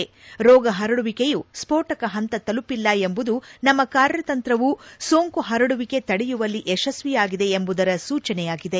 ರೋಗ ಪರಡುವಿಕೆಯು ಸ್ನೋಟಕ ಪಂತ ತಲುಪಿಲ್ಲ ಎಂಬುದು ನಮ್ನ ಕಾರ್ಯತಂತ್ರವು ಸೋಂಕು ಪರಡುವಿಕೆ ತಡೆಯುವಲ್ಲಿ ಯಶಕ್ತಿಯಾಗಿದೆ ಎಂಬುದರ ಸೂಚನೆಯಾಗಿದೆ